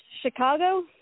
Chicago